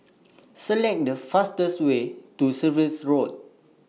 Select The fastest Way to Surrey Road